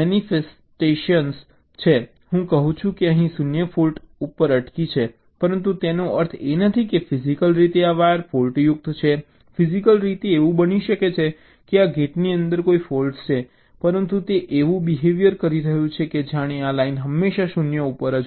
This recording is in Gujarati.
મેનિફેસ્ટેશન છે હું કહું છું કે અહીં 0 ફૉલ્ટ ઉપર અટકી છે પરંતુ તેનો અર્થ એ નથી કે ફિજીકલ રીતે આ વાયર ફૉલ્ટયુક્ત છે ફિઝિકલ રીતે એવું બની શકે છે કે આ ગેટની અંદર કોઈ ફૉલ્ટ છે પરંતુ તે એવું બિહેવીઅર કરી રહ્યું છે કે જાણે આ લાઇન હંમેશા 0 ઉપર હોય